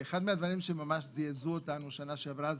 שאחד מהדברים שממש זעזעו אותנו בשנה שעברה